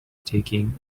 taking